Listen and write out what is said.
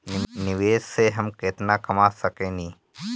निवेश से हम केतना कमा सकेनी?